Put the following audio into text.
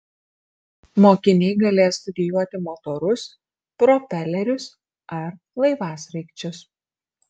mokiniai galės studijuoti motorus propelerius ar laivasraigčius